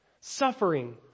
suffering